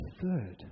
third